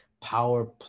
power